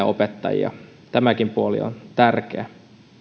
opettajia tämäkin puoli on tärkeä